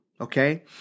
okay